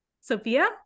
Sophia